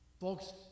Folks